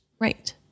Right